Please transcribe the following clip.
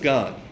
God